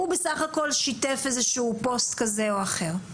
הוא בסך הכל שיתף איזה שהוא פוסט כזה או אחר.